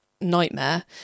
nightmare